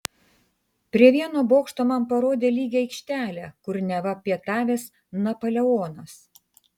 prie vieno bokšto man parodė lygią aikštelę kur neva pietavęs napoleonas